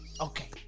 Okay